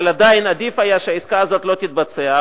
אבל עדיין עדיף היה שהעסקה הזאת לא תתבצע.